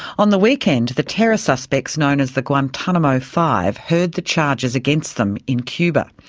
on the weekend, the terror suspects known as the guantanamo five heard the charges against them in cuba.